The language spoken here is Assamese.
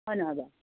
হয় নহয় বাৰু